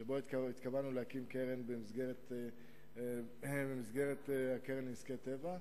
שבו התכוונו להקים קרן במסגרת הקרן לביטוח נזקי טבע,